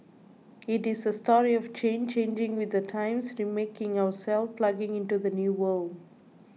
it is a story of change changing with the times remaking ourselves plugging into the new world